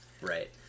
Right